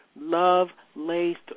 love-laced